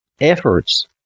efforts